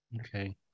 Okay